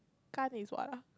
gan is what ah